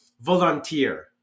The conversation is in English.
volunteer